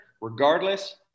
regardless